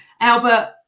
Albert